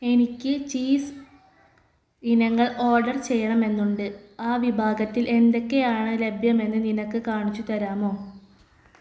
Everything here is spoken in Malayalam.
എനിക്ക് ചീസ് ഇനങ്ങൾ ഓർഡർ ചെയ്യണമെന്നുണ്ട് ആ വിഭാഗത്തിൽ എന്തൊക്കെയാണ് ലഭ്യമെന്ന് നിനക്ക് കാണിച്ചു തരാമോ